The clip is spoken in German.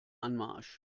anmarsch